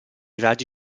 raggi